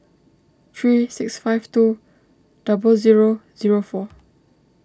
three six five two double zero zero four